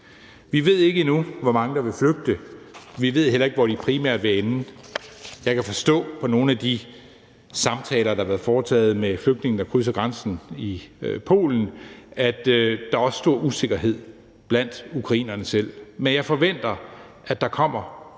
Vi ved ikke endnu, hvor mange der vil flygte, vi ved heller ikke, hvor de primært vil ende. Jeg kan forstå på nogle af de samtaler, der har været foretaget med flygtninge, der krydser grænsen i Polen, at der også er stor usikkerhed blandt ukrainerne selv. Men jeg forventer, at der kommer